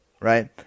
right